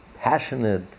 passionate